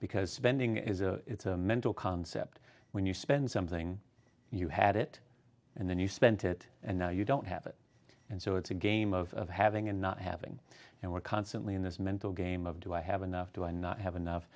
because spending is a it's a mental concept when you spend something you had it and then you spent it and now you don't have it and so it's a game of having and not having and we're constantly in this mental game of do i have enough do i not have